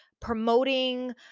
promoting